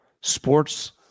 sports